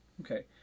okay